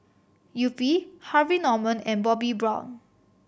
Yupi Harvey Norman and Bobbi Brown